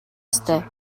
ёстой